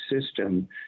system